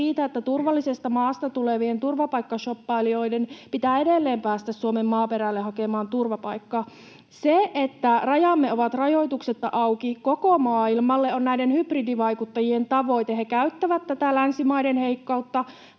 että turvallisesta maasta tulevien turvapaikkashoppailijoiden pitää edelleen päästä Suomen maaperälle hakemaan turvapaikkaa. Se, että rajamme ovat rajoituksetta auki koko maailmalle, on näiden hybridivaikuttajien tavoite. He käyttävät tätä länsimaiden heikkoutta